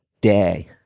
day